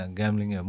gambling